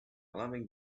loving